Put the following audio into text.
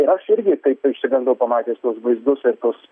ir aš irgi taip išsigandau pamatęs tuos vaizdus ir tuos